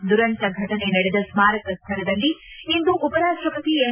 ದುರಂತ ಘಟನೆ ನಡೆದ ಸ್ಮಾರಕ ಸ್ಥಳದಲ್ಲಿ ಇಂದು ಉಪರಾಷ್ಟಸತಿ ಎಂ